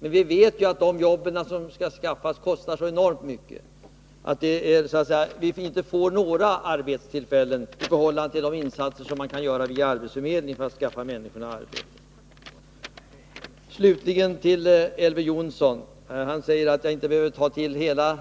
Men vi vet att de arbeten som kan skaffas kostar enormt mycket. Det uppkommer inte arbetstillfällen i förhållande till de insatser som görs via arbetsförmedlingen för att skaffa människorna arbete. Elver Jonsson säger att jag inte behöver föra in hela